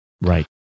Right